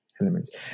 elements